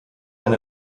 eine